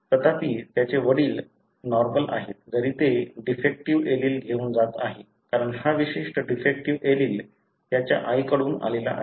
तथापि त्याचे वडील नॉर्मल आहेत जरी ते डिफेक्टीव्ह एलील घेऊन जात आहे कारण हा विशिष्ट डिफेक्टीव्ह एलील त्याच्या आईकडून आला आहे